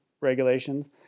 regulations